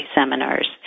seminars